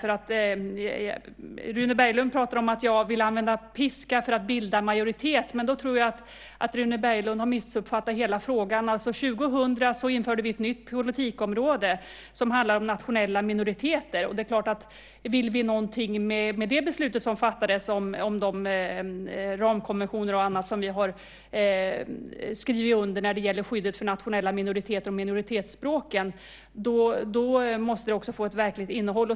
Rune Berglund säger att jag vill använda piska för att bilda majoritet, men då tror jag att han missuppfattat det hela. År 2000 införde vi alltså ett nytt politikområde som handlar om nationella minoriteter. Om vi vill något med det beslut som fattades, och de ramkonventioner och annat som vi skrivit under när det gäller skyddet av nationella minoriteter och minoritetsspråken, måste det också få ett verkligt innehåll.